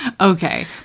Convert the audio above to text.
okay